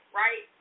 right